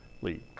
lead